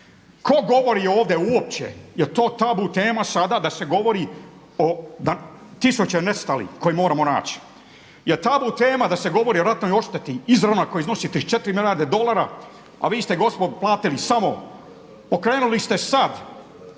Ko govori ovdje uopće, jer to tabu tema sada da se govori o tisuće nestalih koje moramo naći, jer tabu tema da se govori o ratnoj odšteti … koja iznosi 34 milijarde dolara a vi ste gospodo platili samo, pokrenuli ste sad